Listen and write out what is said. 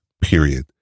period